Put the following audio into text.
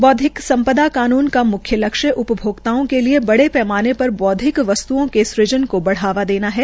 बौद्विक सम्पदा कानून का म्ख्य लक्ष्य उपभोक्ताओं के लिये बड़े पैमाने पर बौद्विक वस्त्ओं के बढ़ावा देना है